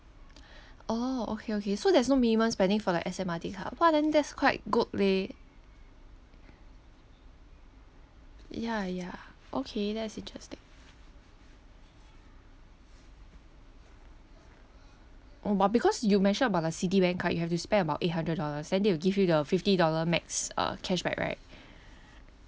oh okay okay so there’s no minimum spending for like S_M_R_T card !wah! then that’s quite good leh ya ya okay that’s interesting oh but because you mentioned about like Citibank card you have to spend about eight hundred dollars then they will give you the fifty dollar max uh cashback right